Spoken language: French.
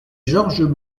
georges